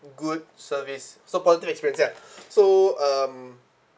good service so positive experience ya so um